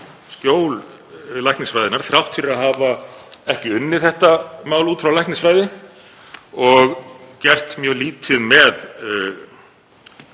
skjól læknisfræðinnar þrátt fyrir að hafa ekki unnið þetta mál út frá læknisfræði og gert mjög lítið með